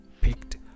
picked